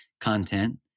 content